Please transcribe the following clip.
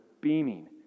beaming